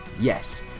Yes